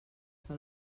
que